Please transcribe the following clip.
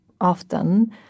often